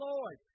Lord